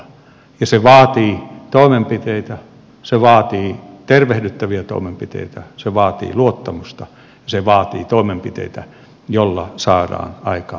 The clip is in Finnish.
se vaatii toimenpiteitä se vaatii tervehdyttäviä toimenpiteitä se vaatii luottamusta ja se vaatii toimenpiteitä joilla saadaan aikaan talouskasvua